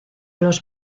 los